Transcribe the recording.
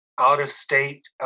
out-of-state